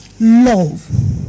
love